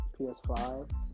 PS5